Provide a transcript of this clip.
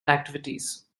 activities